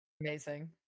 Amazing